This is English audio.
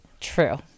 True